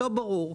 לא ברור.